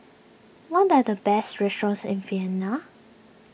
what are the best restaurants in Vienna